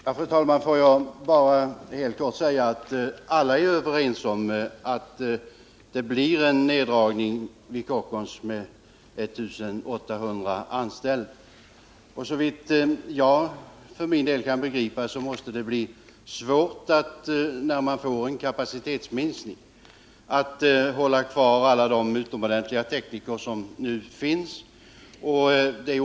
Fru talman! Får jag bara helt kort säga att alla är överens om att utskottets förslag innebär att det blir en neddragning vid Kockums med 1 800 anställda. Såvitt jag kan begripa måste det bli svårt, när man får en kapacitetsminskning, att hålla kvar alla de utomordentliga tekniker som nu finns.